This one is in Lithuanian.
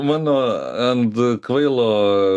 mano ant kvailo